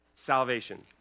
Salvation